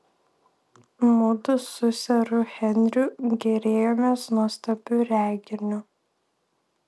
mudu su seru henriu gėrėjomės nuostabiu reginiu